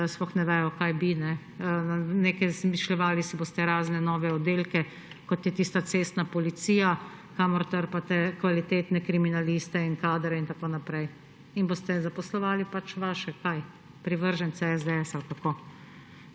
sploh ne vedo, kaj bi. Zmišljevali si boste razne nove oddelke, kot je tista cestna policija, kamor trpate kvalitetne kriminaliste in kadre in tako naprej. In boste zaposlovali pač vaše? Privržence SDS ali kako?